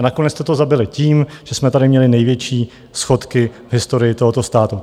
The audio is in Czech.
Nakonec jste to zabili tím, že jsme tady měli největší schodky v historii tohoto státu.